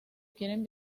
quieren